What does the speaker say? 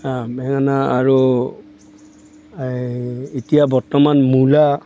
হাঁ বেঙেনা আৰু এই এতিয়া বৰ্তমান মূলা